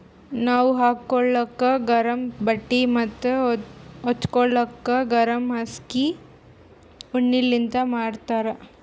ನಾವ್ ಹಾಕೋಳಕ್ ಗರಮ್ ಬಟ್ಟಿ ಮತ್ತ್ ಹಚ್ಗೋಲಕ್ ಗರಮ್ ಹಾಸ್ಗಿ ಉಣ್ಣಿಲಿಂತ್ ಮಾಡಿರ್ತರ್